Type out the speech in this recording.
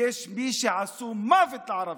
יש מי שעשו מוות לערבים,